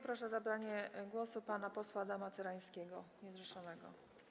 Proszę o zabranie głosu pana posła Adama Cyrańskiego, niezrzeszonego.